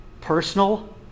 personal